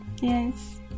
Yes